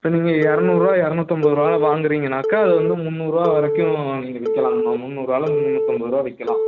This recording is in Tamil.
இப்போ நீங்கள் இரநூறுவா இரநூத்தம்பது ரூபால வாங்குறீங்கன்னாக்கா அது வந்து முந்நூறுபா வரைக்கும் நீங்கள் விற்கலாங்கம்மா முந்நூறுபாலேந்து முந்நூற்றைம்பது ரூபா விற்கலாமா